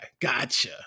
Gotcha